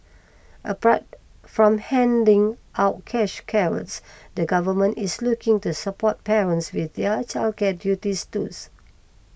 apart from handing out cash carrots the Government is looking to support parents with their childcare duties